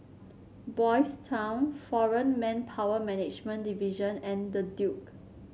Boys' Town Foreign Manpower Management Division and The Duke